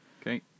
Okay